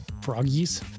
Froggies